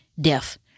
deaf